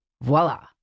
Voila